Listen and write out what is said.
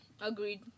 agreed